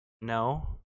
no